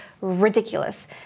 ridiculous